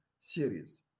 series